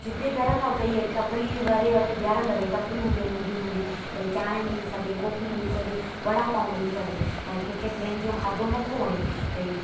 जिते बीहारंदा उते ईअं टपरी वारे वटि बीहारंदा भई टपरियूं हूंदियूं आहिनि नंढियूं नंढियूं भई चांहि मिली सघे कॉफ़ी मिली सघे वड़ा पाव मिली सघे हाणे कंहिंखे ट्रेन जो खाधो नथो वणे भई